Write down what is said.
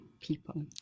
People